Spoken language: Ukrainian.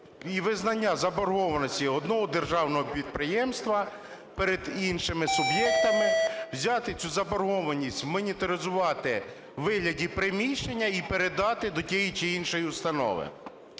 і визнання заборгованості одного державного підприємства перед іншими суб'єктами, взяти цю заборгованість монетизувати у вигляді приміщення і передати до тієї чи іншої установи.